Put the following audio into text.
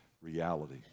reality